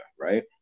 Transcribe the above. right